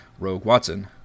RogueWatson